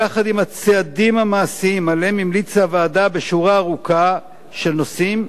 יחד עם הצעדים המעשיים שעליהם המליצה הוועדה בשורה ארוכה של נושאים,